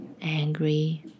angry